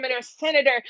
senator